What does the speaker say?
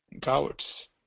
cowards